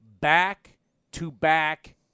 back-to-back